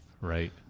Right